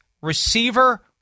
receiver